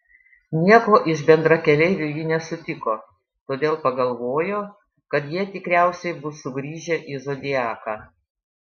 nieko iš bendrakeleivių ji nesutiko todėl pagalvojo kad jie tikriausiai bus sugrįžę į zodiaką